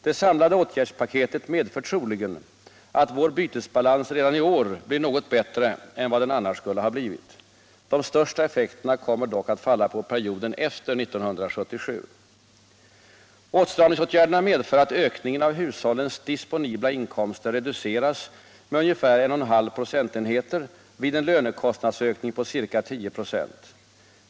Det samlade åtgärdspaketet medför troligen att vår bytesbalans redan i år blir något bättre än vad den annars skulle ha blivit. De största effekterna kommer dock att falla på perioden efter 1977. Åtstramningsåtgärderna medför att ökningen av hushållens disponibla inkomster reduceras med ca 1,5 procentenheter vid en lönekostnadsökning på ca 10 26.